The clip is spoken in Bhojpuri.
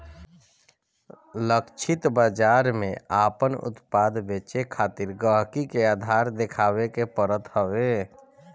लक्षित बाजार में आपन उत्पाद बेचे खातिर गहकी के आधार देखावे के पड़त हवे